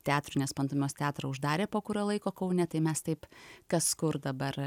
teatrui nes pantomimos teatrą uždarė po kurio laiko kaune tai mes taip kas kur dabar